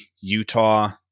Utah